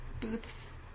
booths